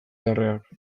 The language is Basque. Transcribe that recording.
larreak